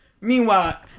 Meanwhile